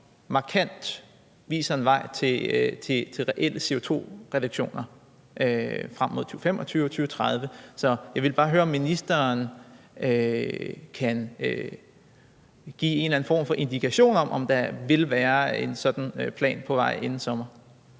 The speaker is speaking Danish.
markant viser en vej til reelle CO₂-reduktioner frem mod 2025 og 2030. Så jeg vil bare høre, om ministeren kan give en eller anden form for indikation af, om der vil være en sådan plan på vej inden sommer.